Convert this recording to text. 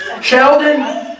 Sheldon